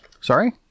Sorry